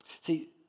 See